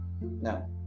no